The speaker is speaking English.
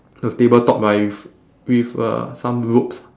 the tabletop right with with uh some ropes